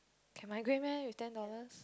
can migrate meh with ten dollars